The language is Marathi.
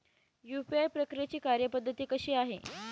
यू.पी.आय प्रक्रियेची कार्यपद्धती कशी आहे?